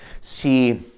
see